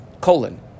colon